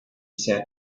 said